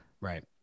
Right